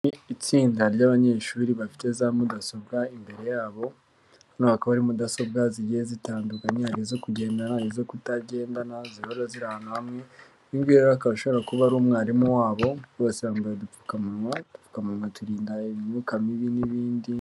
Itsinda ry'abanyeshuri bafite za mudasobwa imbere yabo, hano hakaba hari mudasobwa zigiye zitandukanye, hari izo kugendana, izo kutagendana zihora ziranga hamwe, uyu nguyu rero akaba ashobora kuba ari umwarimu wabo, bose bambaye udupfukamunwa, udupfukamunwa turinda imyuka mibi n'ibindi.